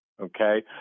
Okay